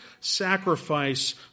sacrifice